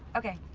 okay.